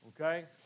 okay